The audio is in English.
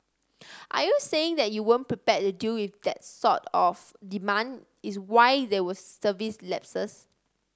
are you saying that you weren't prepared to deal with that sort of demand is why there were service lapses